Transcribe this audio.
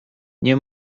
nie